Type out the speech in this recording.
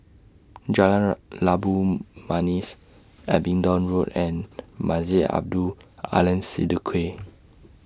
Jalan Labu Manis Abingdon Road and Masjid Abdul Aleem Siddique